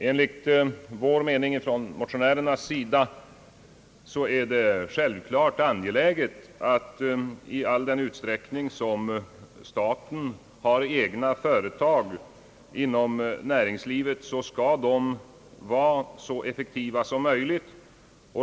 Enligt motionärernas mening är det självklart och angeläget att i all den utsträckning, som staten har egna företag inom näringslivet, skall de vara så effektiva som möjligt.